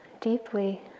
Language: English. deeply